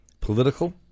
political